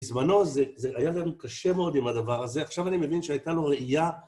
בזמנו זה היה לנו קשה מאוד עם הדבר הזה, עכשיו אני מבין שהייתה לו ראייה.